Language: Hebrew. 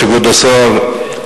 היושב-ראש, תודה, כבוד השר,